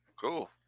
Cool